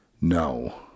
No